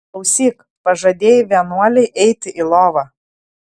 klausyk pažadėjai vienuolei eiti į lovą